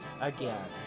Again